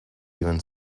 even